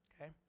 okay